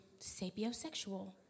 sapiosexual